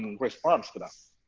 response to that.